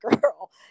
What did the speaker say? girl